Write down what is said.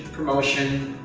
promotion,